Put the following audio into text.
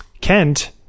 Kent